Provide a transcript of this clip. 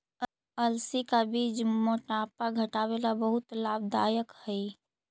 अलसी का बीज मोटापा घटावे ला बहुत लाभदायक हई